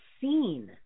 seen